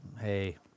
Hey